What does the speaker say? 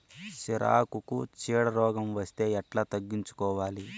సిరాకుకు చీడ రోగం వస్తే ఎట్లా తగ్గించుకోవాలి?